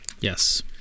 Yes